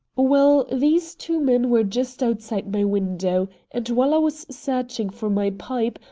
well, these two men were just outside my window, and, while i was searching for my pipe,